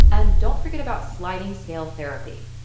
and don't forget about sliding scale therapy.